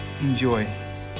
Enjoy